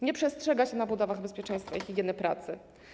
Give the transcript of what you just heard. Nie przestrzega się na budowach bezpieczeństwa i higieny pracy.